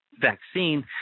vaccine